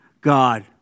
God